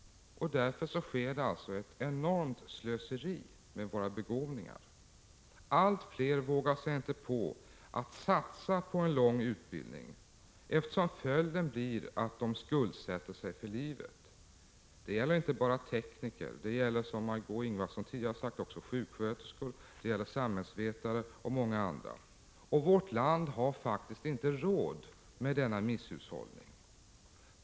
Därför sker det ett enormt slöseri med våra begåvningar. Allt fler vågar sig inte på att satsa på en lång utbildning, eftersom följden blir att de skuldsätter sig för livet. Det gäller inte bara tekniker, det gäller — som Marg6é Ingvardsson tidigare har sagt — också sjuksköterskor, det gäller samhällsvetare och många andra. Vårt land har faktiskt inte råd med denna misshushållning.